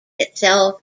itself